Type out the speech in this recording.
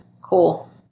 Cool